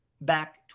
back